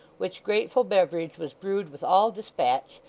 which grateful beverage was brewed with all despatch,